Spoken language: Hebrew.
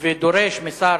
ודורש משר